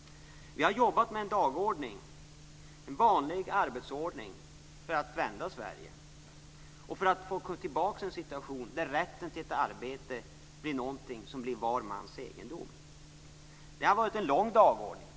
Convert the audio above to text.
Vi har jobbat med en dagordning, en vanlig arbetsordning, för att vända Sverige och för att få tillbaka en situation där rätten till ett arbete är någonting som är var mans egendom. Det har varit en lång dagordning.